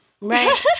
Right